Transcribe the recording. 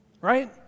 Right